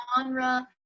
genre